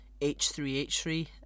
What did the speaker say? H3H3